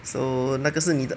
so 那可是你的